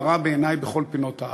בעיני היא בערה בכל פינות הארץ.